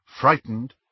Frightened